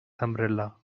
umbrella